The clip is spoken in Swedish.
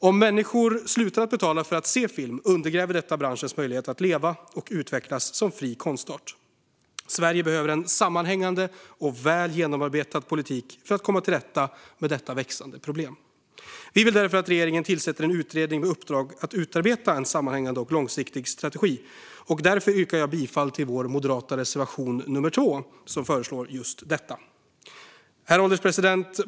Om människor slutar att betala för att se film undergräver det branschens möjlighet att leva och utvecklas som fri konstart. Sverige behöver en sammanhängande och väl genomarbetad politik för att komma till rätta med detta växande problem. Vi vill att regeringen tillsätter en utredning med uppdrag att utarbeta en sammanhängande och långsiktig strategi, och jag yrkar därför bifall till vår moderata reservation nr 2 som föreslår just detta. Herr ålderspresident!